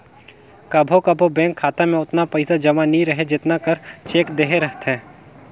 कभों कभों बेंक खाता में ओतना पइसा जमा नी रहें जेतना कर चेक देहे रहथे